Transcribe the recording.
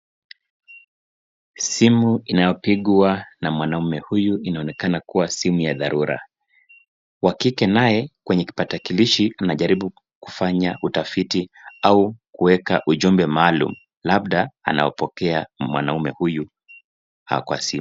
Simu inayopigwa na mwanaume huyu inaonekana kuwa simu ya dharura. Wa kike naye kwenye kipakatalishi anajaribu kufanya utafiti au kuweka ujumbe maalum labda anaopokea mwanaume huyu kwa simu.